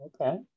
Okay